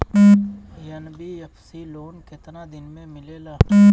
NBFC loan केतना दिन मे मिलेला?